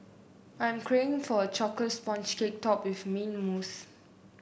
I'm craving for a chocolate sponge cake topped with mint mousse